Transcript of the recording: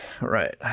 Right